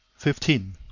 fifteen.